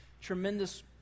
tremendous